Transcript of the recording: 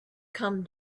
come